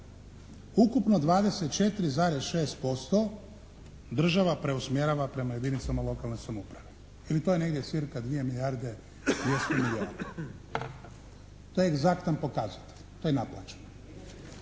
Ukupno 24,6% država preusmjerava prema jedinicama lokalne samouprave ili to je negdje cirka dvije milijarde …/Govornik se ne razumije./… To je egzaktan pokazatelj. To je naplaćeno.